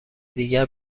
دیگر